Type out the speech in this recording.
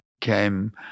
came